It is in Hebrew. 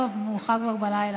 טוב, כבר מאוחר בלילה.